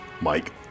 Mike